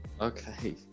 Okay